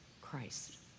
Christ